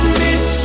miss